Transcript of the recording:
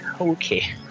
okay